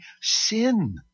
sin